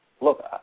look